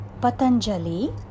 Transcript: Patanjali